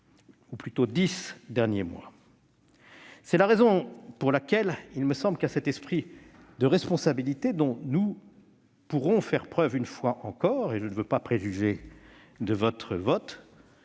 de ces dix derniers mois. C'est la raison pour laquelle il me semble que cet esprit de responsabilité, dont nous pourrons faire preuve une fois encore- sans vouloir préjuger votre vote,